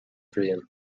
bhriain